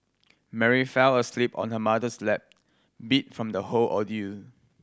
Mary fell asleep on her mother's lap beat from the whole ordeal